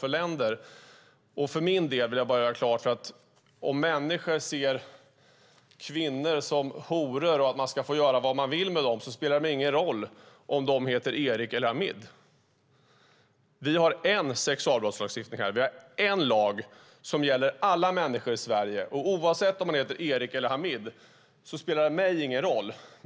För min del vill jag göra klart att i fråga om de människor som ser kvinnor som horor och anser att de ska få göra vad de vill med dem spelar det ingen roll om dessa människor heter Erik eller Hamid. Det finns en sexualbrottslagstiftning, och det finns en lag som gäller alla människor i Sverige. Om de heter Erik eller Hamid spelar mig ingen roll.